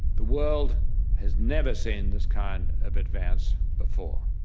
the world has never seen this kind of advance before.